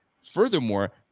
furthermore